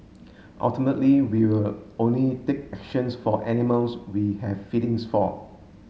ultimately we will only take actions for animals we have feelings for